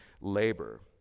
labor